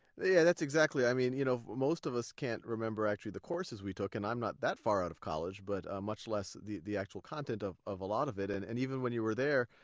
yeah, that's exactly. i mean you know most of us can't remember actually the courses we took, and i'm not that far out of college, but ah much less the the actual content of of a lot of it. and and even when you were there,